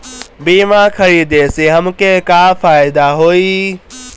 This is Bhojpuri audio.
बीमा खरीदे से हमके का फायदा होई?